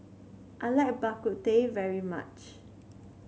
I like Bak Kut Teh very much